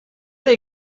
they